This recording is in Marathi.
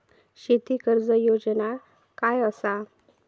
शेती कर्ज योजना काय असा?